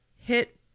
hit